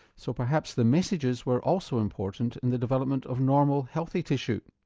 so perhaps the messages were also important in the development of normal healthy tissue.